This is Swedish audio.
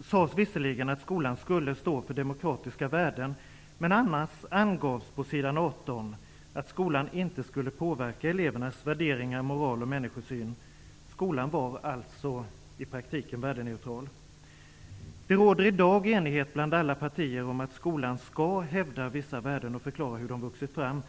sades visserligen att skolan skulle stå för demokratiska värden, men det angavs att skolan annars inte skulle påverka elevernas värderingar, moral och människosyn. Skolan var alltså i praktiken värdeneutral. Det råder i dag enighet mellan alla partier om att skolan skall hävda vissa värden och förklara hur de vuxit fram.